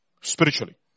Spiritually